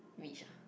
rich ah